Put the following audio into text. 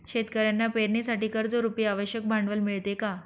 शेतकऱ्यांना पेरणीसाठी कर्जरुपी आवश्यक भांडवल मिळते का?